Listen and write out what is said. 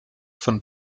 von